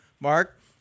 Mark